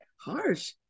harsh